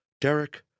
Derek